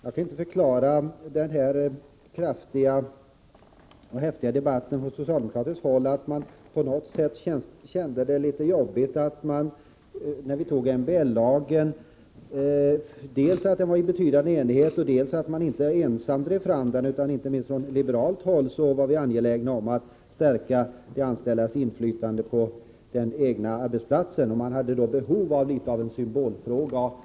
Jag kan inte förklara den tur häftiga debatten från socialdemokratiskt håll på annat sätt — att man på något vis kände det litet jobbigt när vi antog MBL-lagen. Dels var det en betydande enighet, dels var man inte ensam om att driva fram den. Inte minst från liberalt håll var vi angelägna om att stärka de anställdas inflytande på den egna arbetsplatsen. Man hade då tydligen behov av något av en symbolfråga.